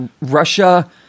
Russia